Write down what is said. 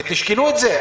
ותשקלו את זה,